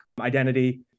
identity